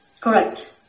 Correct